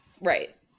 right